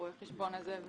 רואה החשבון הזה.